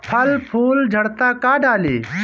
फल फूल झड़ता का डाली?